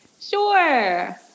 sure